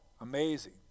amazing